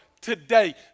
today